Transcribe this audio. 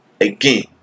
again